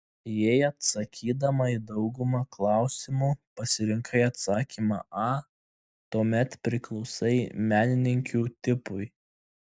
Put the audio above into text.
jei atsakydama į daugumą klausimų pasirinkai atsakymą a tuomet priklausai menininkių tipui